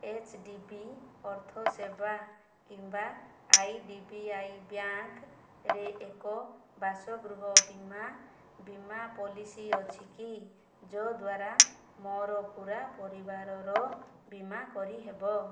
HDB ଅର୍ଥ ସେବା କିମ୍ବା ଆଇଡିବିଆଇ ବ୍ୟାଙ୍କ୍ରେ ଏକ ବାସଗୃହ ବୀମା ବୀମା ପଲିସି ଅଛିକି ଯଦ୍ଦ୍ଵାରା ମୋର ପୂରା ପରିବାରର ବୀମା କରିହେବ